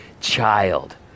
Child